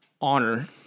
honor